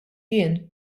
jien